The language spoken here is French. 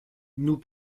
nous